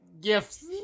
gifts